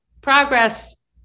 progress